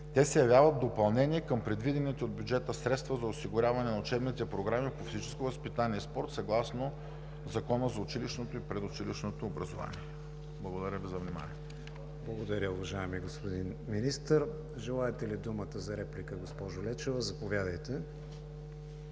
Те се явяват допълнение към предвидените от бюджета средства за осигуряване на учебните програми по физическо възпитание и спорт съгласно Закона за училищното и предучилищното образование. Благодаря Ви за вниманието. ПРЕДСЕДАТЕЛ КРИСТИАН ВИГЕНИН: Благодаря, уважаеми господин Министър. Желаете ли думата за реплика, госпожо Лечева? Заповядайте.